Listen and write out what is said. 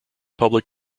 public